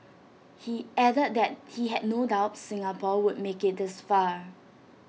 he added that he had no doubt Singapore would make IT this far